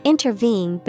Intervene